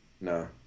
No